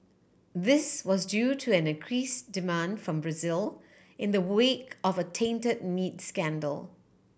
this was due to an increase demand from Brazil in the wake of a taint meat scandal